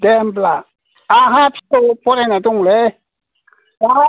दे होमब्ला आहा फिसौ फरायनाय दंलै हा